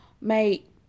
mate